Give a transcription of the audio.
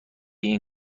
این